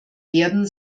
werden